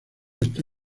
está